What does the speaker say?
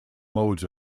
modes